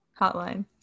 hotline